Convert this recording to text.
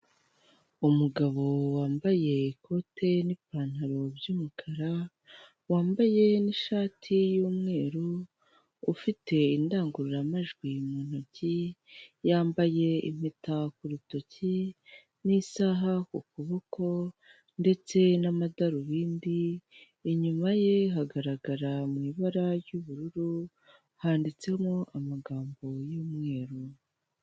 Umugabo wambaye ikote n'ipantaro by'umukara wambaye n'ishati y'umweru, ufite indangururamajwi mu ntoki yambaye impeta ku rutoki n'isaha ku kuboko ndetse n'amadarubindi, inyuma ye hagarara mu ibara ry'ubururu handitsemo amagambo y'umweru.